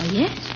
yes